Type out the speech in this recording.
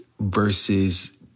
versus